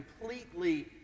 completely